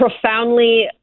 profoundly